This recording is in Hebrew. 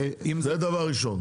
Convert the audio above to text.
זה דבר ראשון,